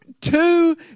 two